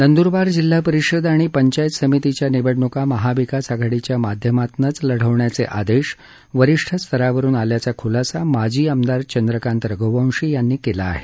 नंद्रबार जिल्हापरिषद आणि पंचायत समितीच्या निवडणुका महाविकास आघाडीच्या माध्यमातनंच लढवण्याचे आदेश वरिष्ठ स्तरावरून आल्याचा खुलासा माजी आमदार चंद्रकांत रघूवंशी यांनीकेला आहे